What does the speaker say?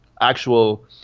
actual